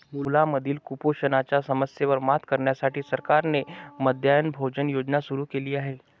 मुलांमधील कुपोषणाच्या समस्येवर मात करण्यासाठी सरकारने मध्यान्ह भोजन योजना सुरू केली आहे